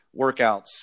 workouts